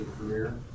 career